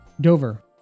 dover